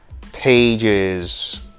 pages